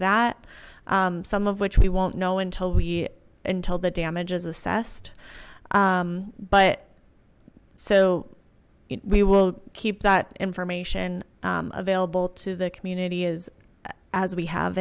that some of which we won't know until we until the damage is assessed but so we will keep that information available to the community as as we have